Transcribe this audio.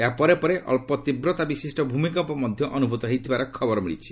ଏହା ପରେ ପରେ ଅଞ୍ଚ ତୀବ୍ରତା ବିଶିଷ୍ଟ ଭୂମିକମ୍ପ ମଧ୍ୟ ଅନୁଭୂତ ହୋଇଥିବାର ଖବର ମିଳିଛି